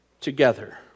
together